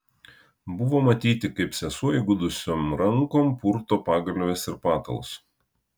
buvo matyti kaip sesuo įgudusiom rankom purto pagalves ir patalus